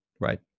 Right